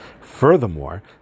Furthermore